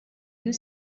you